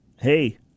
Hey